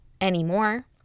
anymore